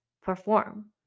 perform